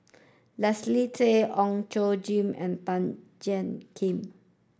Leslie Tay Ong Tjoe Kim and Tan Jiak Kim